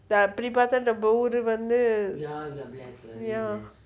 அப்டி பாத்தா நம்ம ஊரு வந்து:apdi paatha namma uuru vanthu ya